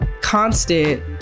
constant